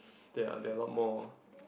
they are they are a lot more